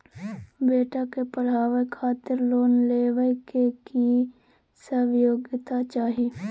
बेटा के पढाबै खातिर लोन लेबै के की सब योग्यता चाही?